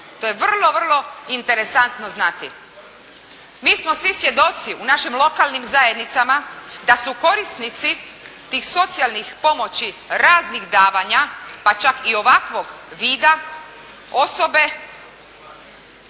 To je vrlo, vrlo interesantno znati. Mi smo svi svjedoci u našim lokalnim zajednicama da su korisnici tih socijalnih pomoći, raznih davanja pa čak i ovakvog vida osobe